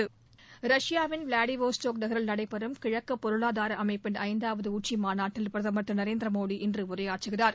இனி விரிவான செய்திகள் ரஷ்யாவின் விளாடிவொஸ்தக் நகரில் நடைபெறும் கிழக்கு பொருளாதார அமைப்பின் ஐந்தாவது உச்சி மாநாட்டில் பிரதமர் திரு நரேந்திர மோடி இன்று உரையாற்றுகிறார்